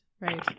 right